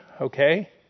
okay